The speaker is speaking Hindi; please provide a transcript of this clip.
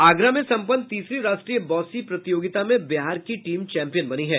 आगरा में सम्पन्न तीसरी राष्ट्रीय बॉसी प्रतियोगिता में बिहार की टीम चैंपियन बनी है